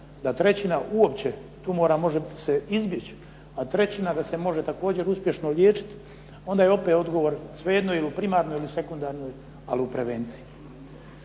da trećina uopće tumora može se izbjeći, a trećina da se može također uspješno liječiti onda je opet odgovor svejedno ili u primarnoj ili sekundarnoj, ali u prevenciji.